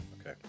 Okay